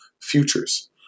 futures